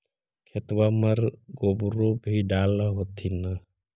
खेतबा मर गोबरो भी डाल होथिन न?